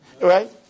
Right